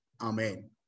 Amen